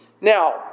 Now